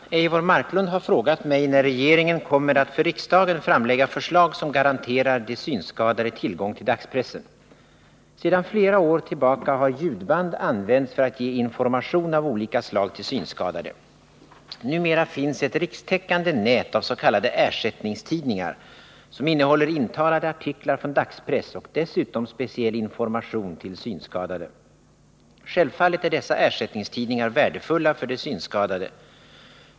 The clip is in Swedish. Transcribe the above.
Herr talman! Eivor Marklund har frågat mig när regeringen kommer att för riksdagen framlägga förslag som garanterar de synskadade tillgång till dagspressen. Sedan flera år tillbaka har ljudband använts för att ge information av olika slag till synskadade. Numera finns ett rikstäckande nät av s.k. ersättningstidningar, som innehåller intalade artiklar från dagspress och dessutom speciell information till synskadade. Självfallet är dessa ersättningstidningar värdefulla för de synskadade.